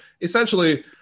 essentially